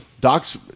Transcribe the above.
Docs